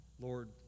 Lord